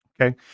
Okay